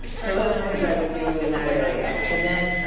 so those things i would do in that area. and then,